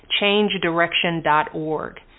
changedirection.org